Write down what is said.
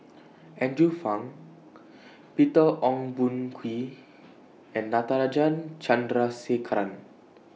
Andrew Phang Peter Ong Boon Kwee and Natarajan Chandrasekaran